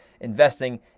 investing